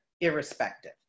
irrespective